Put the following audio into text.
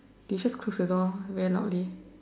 did you just close the door very loudly